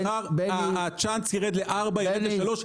גם אם מחר הצ'אנס ירד ל-4 או ל-3,